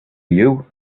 you